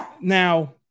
Now